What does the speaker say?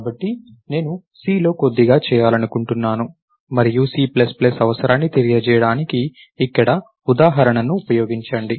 కాబట్టి నేను C లో కొద్దిగా చేయాలనుకుంటున్నాను మరియు C ప్లస్ ప్లస్ అవసరాన్ని తెలియజేయడానికి ఇక్కడ ఉదాహరణను ఉపయోగించండి